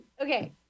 Okay